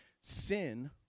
sin